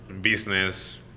business